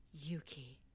Yuki